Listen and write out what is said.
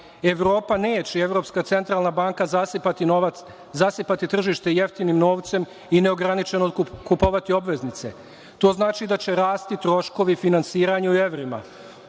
Evropa neće i Evropska centralna banka zasipati tržište jeftinim novcem i neograničeno kupovati obveznice. To znači da će rasti troškovi finansiranja u evrima.